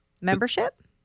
membership